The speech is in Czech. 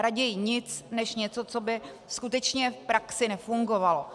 Raději nic než něco, co by skutečně v praxi nefungovalo.